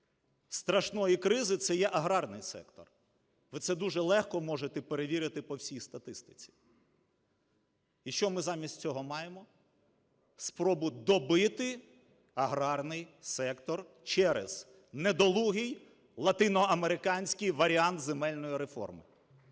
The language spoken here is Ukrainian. страшної кризи, це є аграрний сектор. Ви це дуже легко можете перевірити по всій статистиці. І що ми замість цього маємо? Спробу добити аграрний сектор через недолугий латиноамериканський варіант земельної реформи.